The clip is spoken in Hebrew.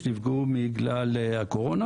שנפגעו בגלל הקורונה